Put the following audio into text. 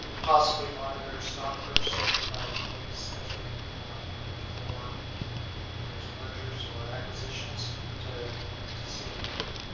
possibly monitor stock purchases made by employees especially before there's mergers or acquisitions to to see if we can